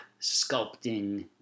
sculpting